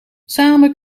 samen